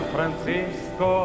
Francisco